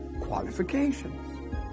qualifications